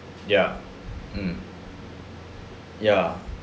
ya mm ya